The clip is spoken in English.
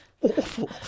awful